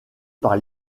par